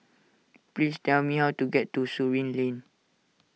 please tell me how to get to Surin Lane